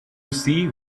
see